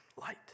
Light